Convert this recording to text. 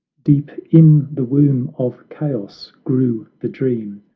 deep in the womb of chaos grew the dream,